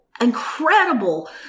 incredible